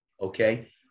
Okay